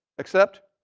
accept,